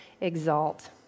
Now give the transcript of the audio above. exalt